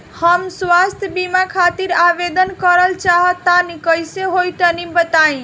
हम स्वास्थ बीमा खातिर आवेदन करल चाह तानि कइसे होई तनि बताईं?